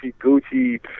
Gucci